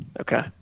Okay